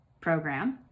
program